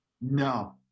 No